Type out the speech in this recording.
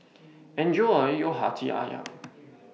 Enjoy your Hati Ayam